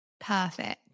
Perfect